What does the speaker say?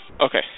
Okay